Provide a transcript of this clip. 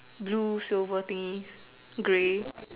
blue silver thingy grey